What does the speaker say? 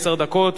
עשר דקות.